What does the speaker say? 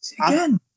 Again